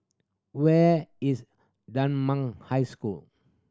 where is Dunman High School